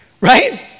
Right